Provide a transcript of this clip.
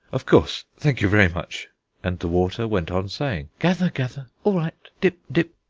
of course. thank you very much and the water went on saying gather gather, all right, dip dip.